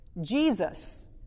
Jesus